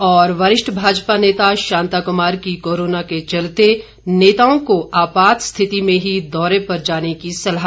और वरिष्ठ भाजपा नेता शांता कुमार की कोरोना के चलते नेताओं को आपात स्थिति में ही दौरे पर जाने की सलाह